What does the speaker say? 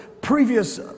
previous